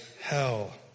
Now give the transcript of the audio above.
hell